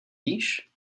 víš